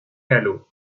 gallo